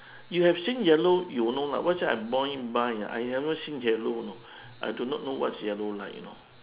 you have seen yellow you will know lah let's say I born you blind I never see yellow know I don't know what's yellow like you know